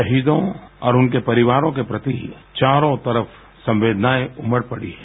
शहीदों और उनके परिवारों के प्रति चारों तरफ संवेदनायें उमड़ पड़ी हैं